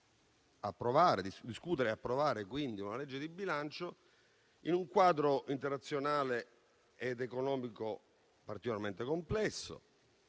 discutere e approvare una legge di bilancio in un quadro internazionale ed economico particolarmente complesso,